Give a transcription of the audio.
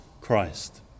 Christ